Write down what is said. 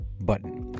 button